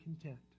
content